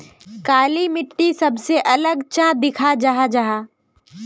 काली मिट्टी सबसे अलग चाँ दिखा जाहा जाहा?